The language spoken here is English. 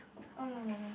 oh no no no